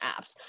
apps